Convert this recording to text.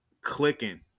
clicking